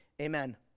Amen